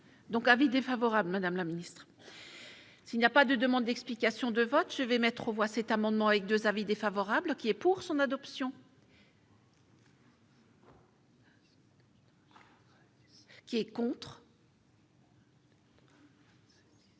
Donc, avis défavorable, madame la ministre. S'il n'y a pas de demande d'explication de vote, je vais mettre aux voix cet amendement avec 2 avis défavorables qui est pour son adoption. Il n'est